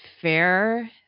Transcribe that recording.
fair